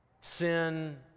Sin